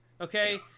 okay